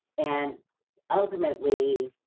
and ultimately,